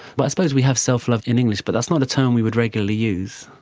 but i suppose we have self-love in english but that's not a term we would regularly use.